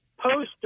Poster